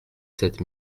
sept